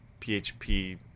PHP